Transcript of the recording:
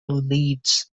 leads